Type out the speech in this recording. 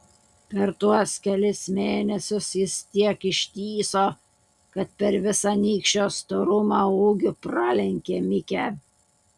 per tuos kelis mėnesius jis tiek ištįso kad per visą nykščio storumą ūgiu pralenkė mikę